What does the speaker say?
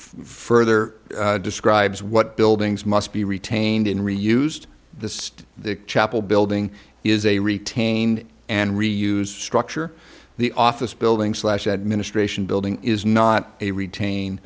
further describes what buildings must be retained in re used the state of the chapel building is a retained and reuse structure the office building slash administration building is not a retain